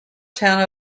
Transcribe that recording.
town